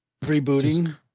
rebooting